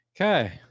Okay